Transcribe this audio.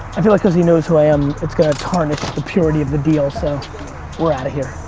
i feel like cause he knows who i am, it's gonna tarnish the purity of the deal, so we're outta here.